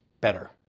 better